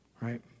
right